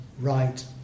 right